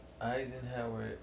Eisenhower